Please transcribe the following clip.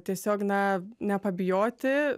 tiesiog na nepabijoti